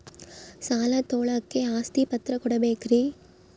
ಸಾಲ ತೋಳಕ್ಕೆ ಆಸ್ತಿ ಪತ್ರ ಕೊಡಬೇಕರಿ?